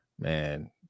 man